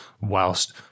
whilst